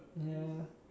ya